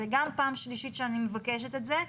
זה גם פעם שלישית שאני מבקשת את זה.